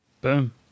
Boom